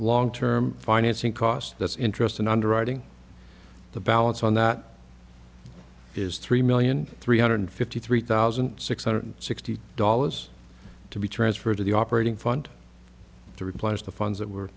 long term financing cost that's interest and underwriting the balance on that is three million three hundred fifty three thousand six hundred sixty dollars to be transferred to the operating fund to replenish the funds that were